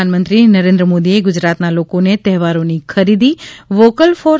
પ્રધાનમંત્રી નરેન્દ્ર મોદીએ ગુજરાતના લોકોને તહેવારોની ખરીદી વોકલ ફોર